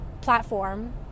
platform